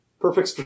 Perfect